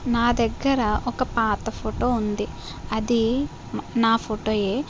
నా దగ్గర ఒక పాత ఫోటో ఉంది అది నా ఫోటోయే